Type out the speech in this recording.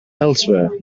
elsewhere